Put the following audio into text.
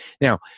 Now